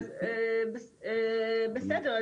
בסדר.